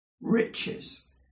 Riches